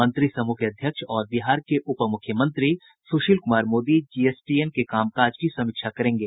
मंत्री समूह के अध्यक्ष और बिहार के उप मुख्यमंत्री सुशील कुमार मोदी जीएसटीएन के कामकाज की समीक्षा करेंगे